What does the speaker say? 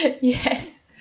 Yes